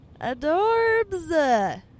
Adorbs